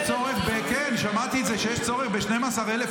יש לך עומס על אנשי המילואים.